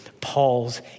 Paul's